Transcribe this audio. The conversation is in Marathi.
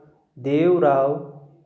देवराव